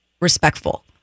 respectful